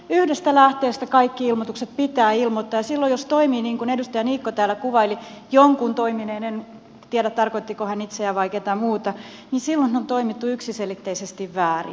yhdestä lähteestä kaikki ilmoitukset pitää ilmoittaa ja silloin jos toimii niin kuin edustaja niikko täällä kuvaili jonkun toimineen en tiedä tarkoittiko hän itseään vai ketä muuta niin silloin on toimittu yksiselitteisesti väärin